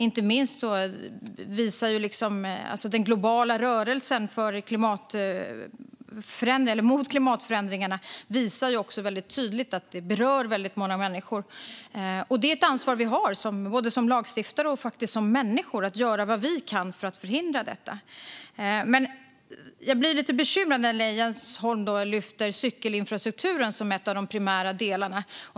Inte minst visar den globala rörelsen mot klimatförändringarna tydligt att den berör många människor. Det är ett ansvar vi har som lagstiftare och som människor att göra vad vi kan för att förhindra detta. Jag blir lite bekymrad när Jens Holm lyfter upp cykelinfrastrukturen som en av de primära delarna.